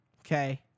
okay